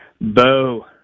Bo